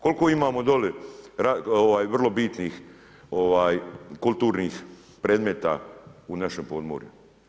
Koliko imamo doli vrlo bitnih kulturnih predmeta u našem podmorju?